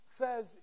says